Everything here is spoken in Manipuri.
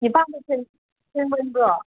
ꯅꯤꯄꯥꯟꯗ ꯊꯦꯡꯃꯟꯕ꯭ꯔꯣ